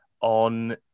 on